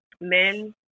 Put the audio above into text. Men